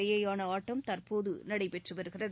இடையேயான ஆட்டம் தற்போது நடைபெற்று வருகிறது